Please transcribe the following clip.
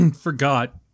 forgot